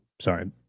Sorry